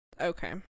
Okay